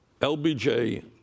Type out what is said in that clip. LBJ